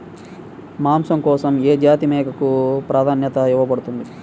మాంసం కోసం ఏ జాతి మేకకు ప్రాధాన్యత ఇవ్వబడుతుంది?